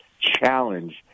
challenge